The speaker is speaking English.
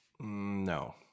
No